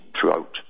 throughout